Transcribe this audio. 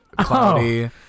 cloudy